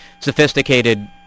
sophisticated